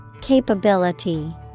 Capability